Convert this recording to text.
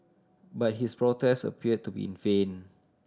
but his protest appeared to be in vain